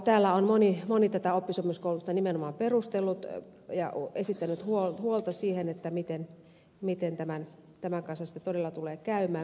täällä on moni tätä oppisopimuskoulutusta nimenomaan perustellut ja esittänyt huolta miten tämän kanssa sitten todella tulee käymään